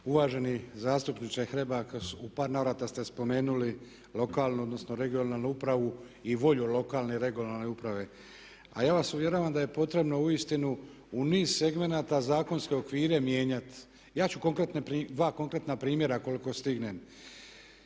Uvaženi zastupniče Hrebak, u par navrata ste spomenuli lokalnu, odnosno regionalnu upravu i volju lokalne (regionalne) uprave. A ja vas uvjeravam da je potrebno uistinu u niz segmenata zakonske okvire mijenjat. Ja ću dva konkretna primjera koliko stignem.